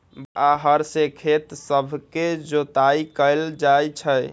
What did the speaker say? बैल आऽ हर से खेत सभके जोताइ कएल जाइ छइ